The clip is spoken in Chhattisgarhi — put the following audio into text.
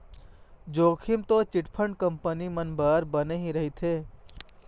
जोखिम तो चिटफंड कंपनी मन म बरोबर बने ही रहिथे